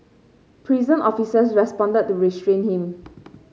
prison officers responded to restrain him